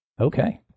Okay